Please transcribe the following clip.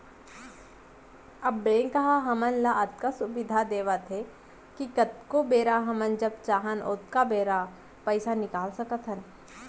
अब बेंक ह हमन ल अतका सुबिधा देवत हे कि कतको बेरा हमन जब चाहन ओतका बेरा पइसा निकाल सकत हन